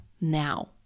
now